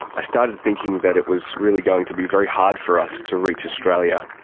i started thinking that it was really going to be very hard for us to reach australia.